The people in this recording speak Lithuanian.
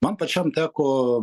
man pačiam teko